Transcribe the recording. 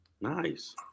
Nice